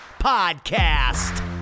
Podcast